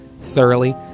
thoroughly